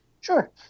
Sure